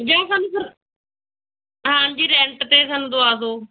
ਜੋ ਸਾਨੂੰ ਸਰ ਹਾਂਜੀ ਰੈਂਟ 'ਤੇ ਸਾਨੂੰ ਦਵਾ ਦਿਓ